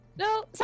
No